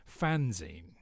fanzine